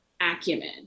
acumen